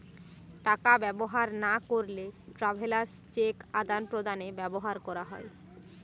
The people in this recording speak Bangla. টাকা ব্যবহার না করলে ট্রাভেলার্স চেক আদান প্রদানে ব্যবহার করা হয়